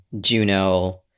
Juno